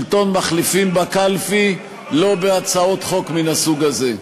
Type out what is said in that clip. שלטון מחליפים בקלפי, לא בהצעות חוק מן הסוג הזה.